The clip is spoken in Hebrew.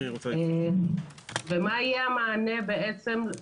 ומה יהיה המענה בעצם?